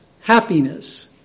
Happiness